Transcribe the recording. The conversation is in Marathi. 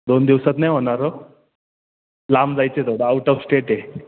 दोन दिवसात नाही होणार हो लांब जायचेत आऊट ऑफ स्टेट आहे